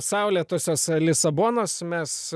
saulėtosios lisabonos mes